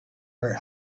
were